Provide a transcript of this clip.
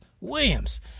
Williams